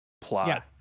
plot